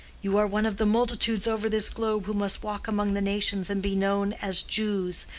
you are one of the multitudes over this globe who must walk among the nations and be known as jews,